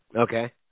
Okay